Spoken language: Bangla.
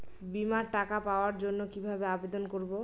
বিমার টাকা পাওয়ার জন্য কিভাবে আবেদন করব?